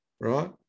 right